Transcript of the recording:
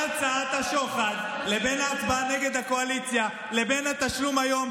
הצעת השוחד לבין הצבעה נגד הקואליציה לבין התשלום היום,